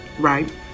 right